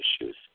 issues